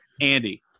andy